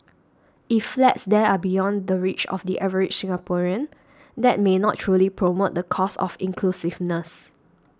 if flats there are beyond the reach of the average Singaporean that may not truly promote the cause of inclusiveness